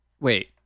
Wait